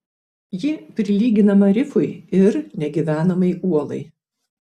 ji prilyginama rifui ir negyvenamai uolai